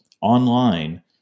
online